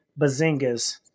bazingas